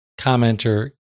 commenter